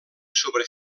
sobre